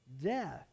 death